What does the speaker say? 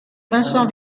vincent